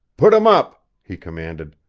put em up! he commanded.